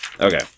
Okay